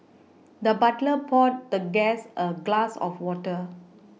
the butler poured the guest a glass of water